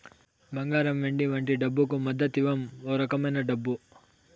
బంగారం వెండి వంటి డబ్బుకు మద్దతివ్వం ఓ రకమైన డబ్బు